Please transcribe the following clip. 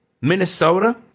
Minnesota